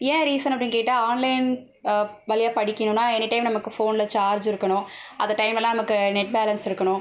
ஏன் ரீசன் அப்படினு கேட்டால் ஆன்லைன் வழியாக படிக்கனுனா எனி டைம் நமக்கு போனில் சார்ஜ் இருக்கணும் அந்த டைமுலா நமக்கு நெட் பேலன்ஸ் இருக்கணும்